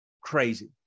crazy